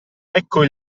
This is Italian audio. ecco